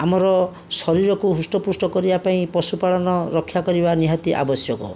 ଆମର ଶରୀରକୁ ହୃଷ୍ଟପୁଷ୍ଟ କରିବା ପାଇଁ ପଶୁପାଳନ ରକ୍ଷା କରିବା ନିହାତି ଆବଶ୍ୟକ